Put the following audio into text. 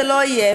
זה לא יהיה.